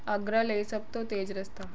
ਆਗਰਾ ਲਈ ਸਭ ਤੋਂ ਤੇਜ਼ ਰਸਤਾ